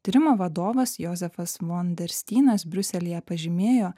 tyrimo vadovas jozefas vonderstynas briuselyje pažymėjo